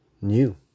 new